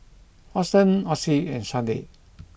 Austen Ossie and Sharde